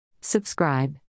Subscribe